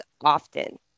often